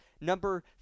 Number